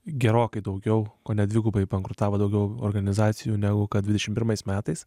gerokai daugiau kone dvigubai bankrutavo daugiau organizacijų negu kad dvidešimt pirmais metais